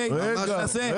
תנסה.